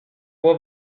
può